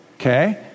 okay